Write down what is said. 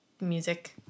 music